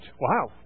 Wow